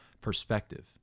Perspective